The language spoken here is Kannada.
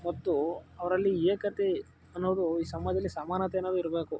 ಮತ್ತು ಅವರಲ್ಲಿ ಏಕತೆ ಅನ್ನೋದು ಈ ಸಮಾಜದಲ್ಲಿ ಸಮಾನತೆ ಅನ್ನೋದು ಇರಬೇಕು